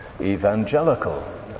evangelical